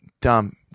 dumb